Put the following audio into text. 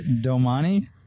Domani